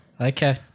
Okay